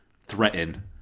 threaten